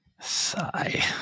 Sigh